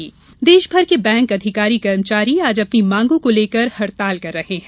bank हड़ताल देश भर के बैंक अधिकारी कर्मचारी आज अपनी मांगों को लेकर हड़ताल कर रहे हैं